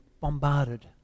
bombarded